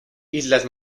islas